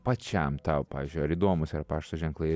pačiam tau pavyzdžiui ar įdomūs yra pašto ženklai